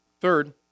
Third